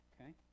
Okay